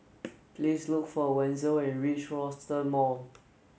please look for Wenzel when you reach Rochester Mall